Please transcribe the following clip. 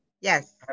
Yes